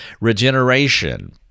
Regeneration